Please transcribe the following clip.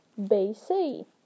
BC